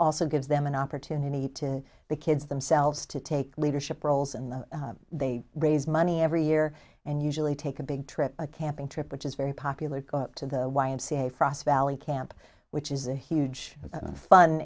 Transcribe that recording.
also gives them an opportunity to the kids themselves to take leadership roles and they raise money every year and usually take a big trip a camping trip which is very popular go up to the y m c a frost valley camp which is a huge